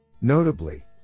Notably